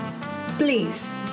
Please